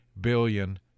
billion